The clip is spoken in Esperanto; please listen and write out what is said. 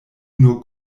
nur